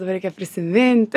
dabar reikia prisimint